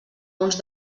uns